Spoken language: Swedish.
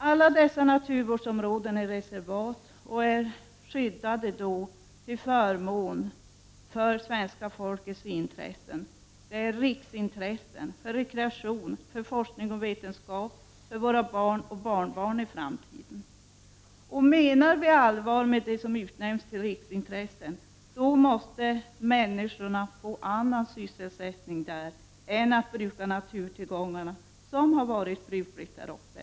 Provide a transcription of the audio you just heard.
Alla dessa naturvårdsområden och reservat skyddas till förmån för svenska folkets intresse av rekreation, för forskning och vetenskap och för våra barn och barnbarn i framtiden. Menar vi allvar med det som utnämnts till riksintresse, måste människorna få annan sysselsättning än att bruka naturtillgångarna, såsom ofta har skett där uppe.